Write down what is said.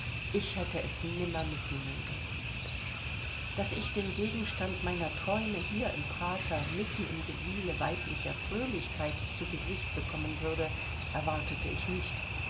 ich hätte es nimmer missen mögen daß ich den gegenstand meiner träume hier im prater mitten im gewühle weiblicher fröhlichkeit zu gesicht bekommen würde erwartete ich nicht